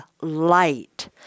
light